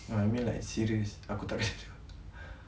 no I mean like serious aku tak